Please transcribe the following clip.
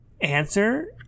answer